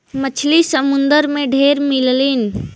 मछरी समुंदर में ढेर मिललीन